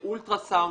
לאולטרסאונד,